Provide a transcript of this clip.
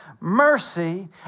mercy